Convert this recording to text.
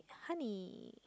honey